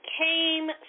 came